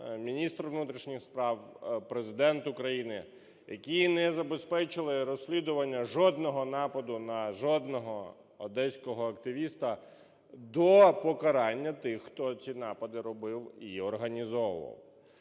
міністр внутрішніх справ, Президент України, які не забезпечили розслідування жодного нападу на жодного одеського активіста, до покарання тих, хто ці напади робив і організовував.